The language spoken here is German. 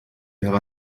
wäre